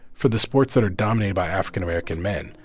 for the sports that are dominated by african-american men,